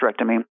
hysterectomy